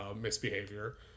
misbehavior